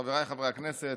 חבריי חברי הכנסת,